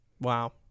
Wow